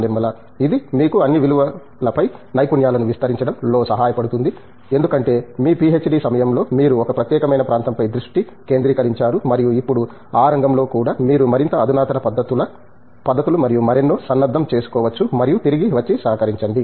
నిర్మలా ఇది మీకు అన్ని విలువలపై నైపుణ్యాలను విస్తరించడం లో సహాయపడుతుంది ఎందుకంటే మీ పిహెచ్డి సమయంలో మీరు 1 ప్రత్యేకమైన ప్రాంతం పై దృష్టి కేంద్రీకరించారు మరియు ఇప్పుడు ఆ రంగంలో కూడా మీరు మరింత అధునాతన పద్ధతులు మరియు మరెన్నో సన్నద్ధం చేసుకోవచ్చు మరియు తిరిగి వచ్చి సహకరించండి